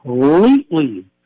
completely